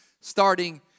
starting